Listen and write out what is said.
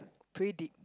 predict